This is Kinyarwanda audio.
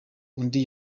undi